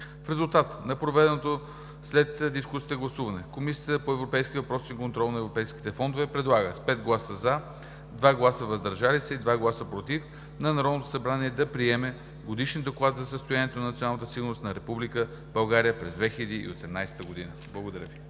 В резултат на проведеното след дискусията гласуване Комисията по европейските въпроси и контрол на европейските фондове предлага с 5 гласа „за“, 2 гласа „въздържал се“ и 2 гласа „против“ на Народното събрание да приеме Годишен доклад за състоянието на националната сигурност на Република България през 2018 г.“ Благодаря Ви.